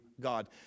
God